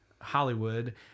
Hollywood